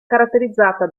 caratterizzata